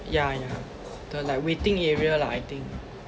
yeah yeah the like waiting area lah I think